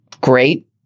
great